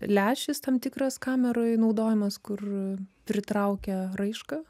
lęšis tam tikras kameroj naudojamas kur pritraukia raišką